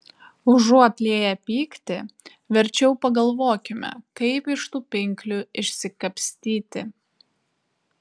užuot lieję pyktį verčiau pagalvokime kaip iš tų pinklių išsikapstyti